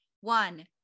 one